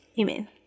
amen